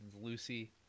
lucy